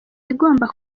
igomba